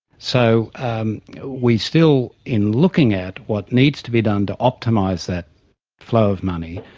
so we still, in looking at what needs to be done to optimise that flow of money,